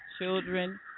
children